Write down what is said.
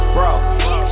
Bro